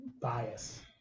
bias